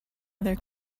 other